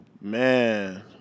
Man